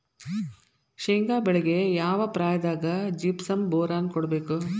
ಶೇಂಗಾ ಬೆಳೆಗೆ ಯಾವ ಪ್ರಾಯದಾಗ ಜಿಪ್ಸಂ ಬೋರಾನ್ ಕೊಡಬೇಕು?